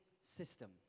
system